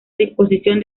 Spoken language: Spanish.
disposición